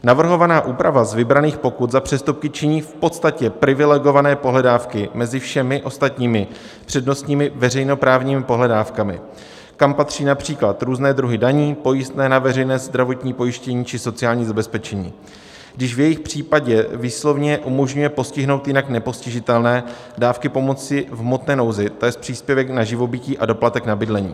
Navrhovaná úprava z vybraných pokut za přestupky činí v podstatě privilegované pohledávky mezi všemi ostatními přednostními veřejnoprávními pohledávkami, kam patří například různé druhy daní, pojistné na veřejné zdravotní pojištění či sociální zabezpečení, když v jejich případě výslovně umožňuje postihnout jinak nepostižitelné dávky pomoci v hmotné nouzi, to jest příspěvek na živobytí a doplatek na bydlení.